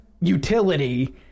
utility